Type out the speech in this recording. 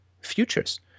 futures